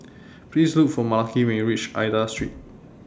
Please Look For Malaki when YOU REACH Aida Street